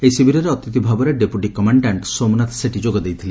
ଏହି ଶିବିରରେ ଅତିଥି ଭାବରେ ଡେପୁଟି କମାଣ୍ଡାଣ୍କ ସୋମନାଥ ସେଠୀ ଯୋଗ ଦେଇଥିଲେ